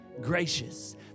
gracious